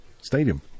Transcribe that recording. Stadium